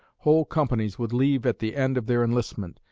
whole companies would leave at the end of their enlistment,